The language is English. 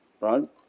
right